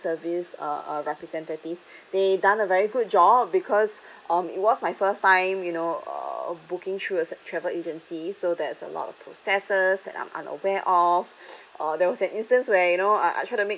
service uh uh representatives they done a very good job because um it was my first time you know uh booking through a travel agency so there's a lot of processes that I'm unaware of uh there was an instance where you know I I try to make